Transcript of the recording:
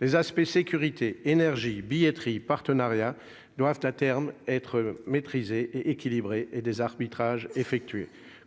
Les aspects sécurité, énergie, billetterie et partenariats doivent, à terme, être maîtrisés et équilibrés, et des arbitrages doivent